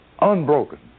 Unbroken